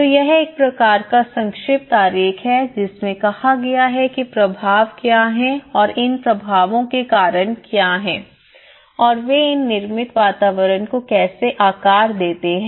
तो यह एक प्रकार का संक्षिप्त आरेख है जिसमें कहा गया है कि प्रभाव क्या हैं और इन प्रभावों के कारण क्या हैं और वे इन निर्मित वातावरण को कैसे आकार देते हैं